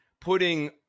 putting